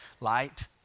light